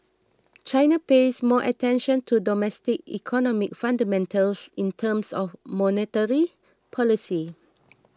China pays more attention to domestic economic fundamentals in terms of monetary policy